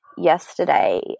yesterday